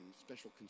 special